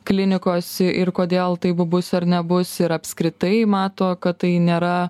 klinikos ir kodėl taip bus ar nebus ir apskritai mato kad tai nėra